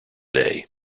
day